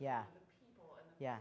yeah yeah